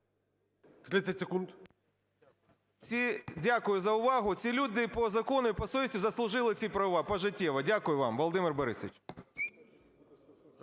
Дякую за увагу. Ці люди по закону і по совісті заслужили ці права пожиттєво. Дякую вам, Володимир Борисович.